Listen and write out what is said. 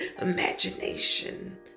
imagination